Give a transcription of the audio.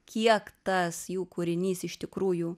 kiek tas jų kūrinys iš tikrųjų